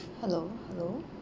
hello hello